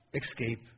escape